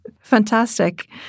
Fantastic